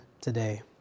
today